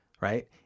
Right